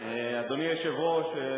אדוני היושב-ראש,